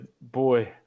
boy